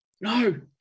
no